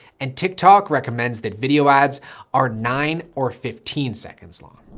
and tiktok recommends that video ads are nine or fifteen seconds long.